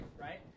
right